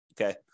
Okay